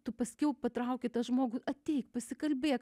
tu paskiau patrauki tą žmogų ateik pasikalbėk